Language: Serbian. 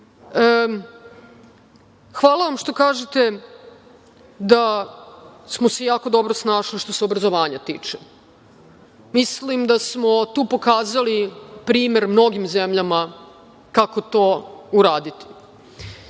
vam što kažete da smo se jako dobro snašli što se obrazovanja tiče. Mislim da smo tu pokazali primer mnogim zemljama kako to uraditi.